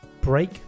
break